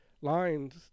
lines